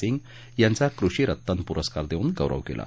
सिंग यांचा कृषी रत्तन पुरस्कार देऊन गौरव केला